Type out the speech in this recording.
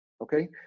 okay